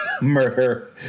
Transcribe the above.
murder